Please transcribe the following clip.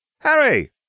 Harry